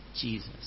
Jesus